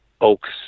oaks